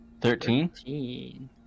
Thirteen